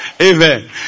Amen